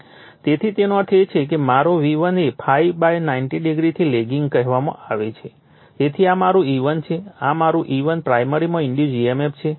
તેથી તેનો અર્થ એ છે કે મારો V1 એ ∅ 90o થી લેગિંગ કહેવામાં આવે છે તેથી આ મારું E1 છે આ મારું E1 પ્રાઇમરીમાં ઇન્ડુસ emf છે